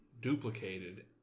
duplicated